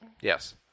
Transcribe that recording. Yes